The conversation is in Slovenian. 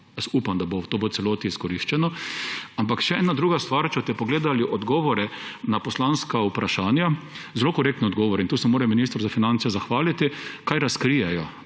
upam, da bo to v celoti izkoriščeno. Ampak še ena druga stvar. Če boste pogledali odgovore na poslanska vprašanja – so zelo korektni odgovori in tu se moram ministru za finance zahvaliti –, kaj razkrijejo.